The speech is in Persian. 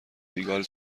سیگال